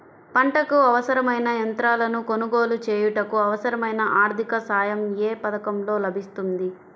పంటకు అవసరమైన యంత్రాలను కొనగోలు చేయుటకు, అవసరమైన ఆర్థిక సాయం యే పథకంలో లభిస్తుంది?